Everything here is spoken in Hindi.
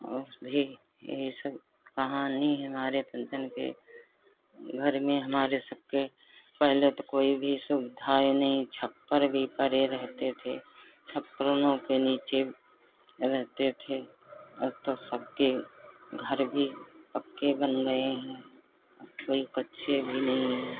और भी यही सब कहानी हमारे फंक्शन की घर में हमारे सब के पहले तो कोई भी सुविधाएँ नहीं छप्पर भी पड़े रहते थे छप्परों के नीचे रहते थे अब तो सबके घर भी पक्के बन गए हैं अब कोई कच्चे भी नहीं हैं